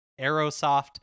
AeroSoft